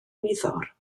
wyddor